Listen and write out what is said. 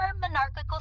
monarchical